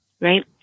right